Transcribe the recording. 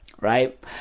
Right